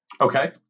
Okay